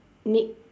make